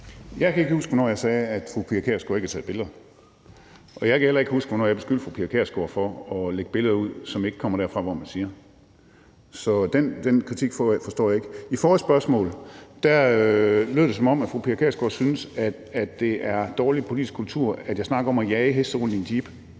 Jeg kan ikke huske, hvornår jeg sagde, at fru Pia Kjærsgaard ikke har taget billeder. Og jeg kan heller ikke huske, hvornår jeg beskyldte fru Pia Kjærsgaard for at lægge billeder ud, som ikke kommer derfra, hvor man siger. Så den kritik forstår jeg ikke. I forrige spørgsmål lød det, som om fru Pia Kjærsgaard synes, at det er dårlig politisk kultur, at jeg snakker om at jage heste rundt i en jeep.